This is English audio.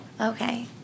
Okay